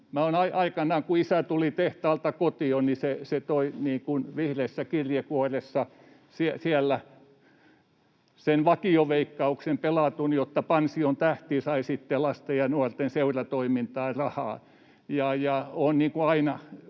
Aikanaan kun isä tuli tehtaalta kotiin, hän toi vihreässä kirjekuoressa sen pelatun vakioveikkauksen, jotta Pansion Tähti sai sitten lasten ja nuorten seuratoimintaan rahaa,